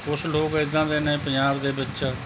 ਕੁਛ ਲੋਕ ਇੱਦਾਂ ਦੇ ਨੇ ਪੰਜਾਬ ਦੇ ਵਿੱਚ